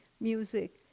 music